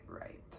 right